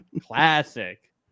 Classic